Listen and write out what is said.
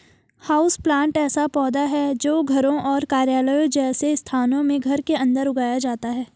houseplant ऐसा पौधा है जो घरों और कार्यालयों जैसे स्थानों में घर के अंदर उगाया जाता है